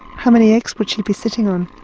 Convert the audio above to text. how many eggs would she be sitting on?